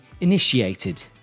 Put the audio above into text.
initiated